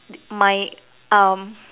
my um